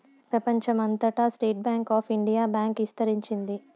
ప్రెపంచం అంతటా state bank of India bank ఇస్తరించింది